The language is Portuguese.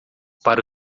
para